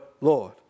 Lord